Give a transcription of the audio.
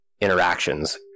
interactions